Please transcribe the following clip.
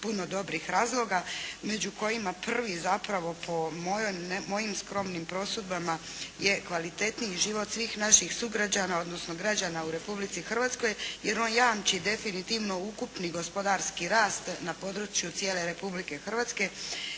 puno dobrih razloga. Među kojima prvi zapravo po mojim skromnim prosudbama je kvalitetniji život svih naših sugrađana, odnosno građana u Republici Hrvatskoj jer on jamči definitivno ukupni gospodarski rast na području cijele Republike Hrvatske.